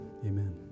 Amen